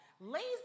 Lazy